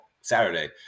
Saturday